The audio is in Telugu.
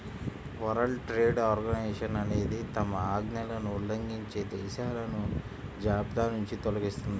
వరల్డ్ ట్రేడ్ ఆర్గనైజేషన్ అనేది తమ ఆజ్ఞలను ఉల్లంఘించే దేశాలను జాబితానుంచి తొలగిస్తుంది